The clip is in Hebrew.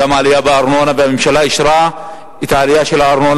העלייה בארנונה,